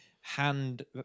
hand